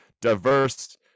diverse